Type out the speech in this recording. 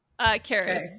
Karis